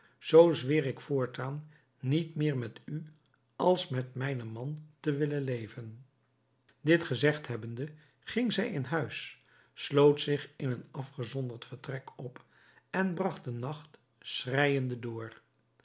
zoo zweer ik voortaan niet meer met u als met mijnen man te willen leven dit gezegd hebbende ging zij in huis sloot zich in een afgezonderd vertrek op en bragt den nacht schreijende door